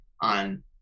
on